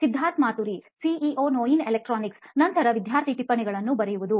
Siddharth Maturi CEO ನೋಯಿನ್ electronics ನಂತರ ವಿದ್ಯಾರ್ಥಿ ಟಿಪ್ಪಣಿಗಳನ್ನು ಬರೆಯುವುದು